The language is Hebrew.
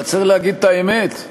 אבל צריך להגיד את האמת,